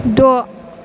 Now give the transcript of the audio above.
द'